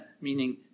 meaning